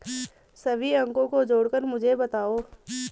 सभी अंकों को जोड़कर मुझे बताओ